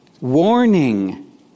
Warning